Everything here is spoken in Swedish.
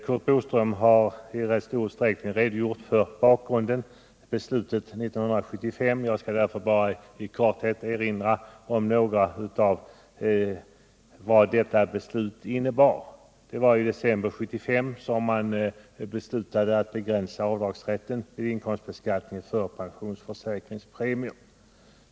Curt Boström har i rätt stor utsträckning redogjort för bakgrunden till 1975 års beslut, varför jag tänker inskränka mig till att i korthet erinra om vad beslutet innebar. I december 1975 beslöt ju riksdagen att vid inkomstbeskattningen begränsa rätten till avdrag för pensionsförsäkringspremier.